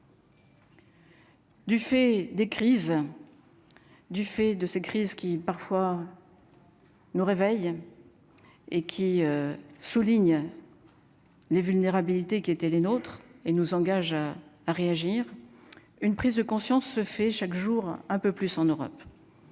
Du fait des crises du fait de ces crises qui parfois nous réveille et qui souligne les vulnérabilités qui étaient les nôtres et nous engage à à réagir une prise de conscience se fait chaque jour un peu plus en Europe,